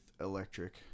electric